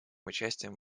участием